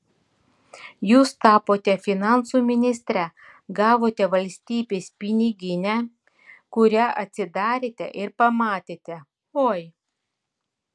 jūs tapote finansų ministre gavote valstybės piniginę kurią atsidarėte ir pamatėte oi